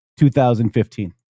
2015